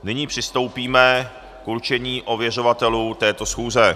Nyní přistoupíme k určení ověřovatelů této schůze.